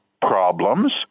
problems